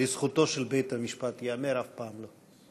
לזכותו של בית-המשפט ייאמר, אף פעם לא.